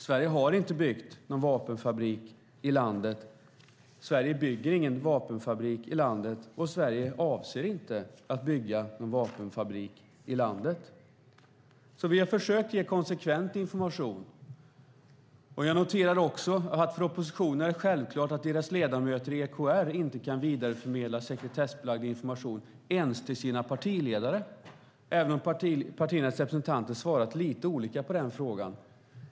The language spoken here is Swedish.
Sverige har inte byggt någon vapenfabrik i landet. Sverige bygger ingen vapenfabrik i landet. Och Sverige avser inte att bygga någon vapenfabrik i landet. Vi har försökt ge konsekvent information. Jag noterar också att det för oppositionen är självklart att deras ledamöter i EKR inte kan vidareförmedla sekretessbelagd information ens till sina partiledare, även om partiernas representanter har svarat lite olika på den frågan.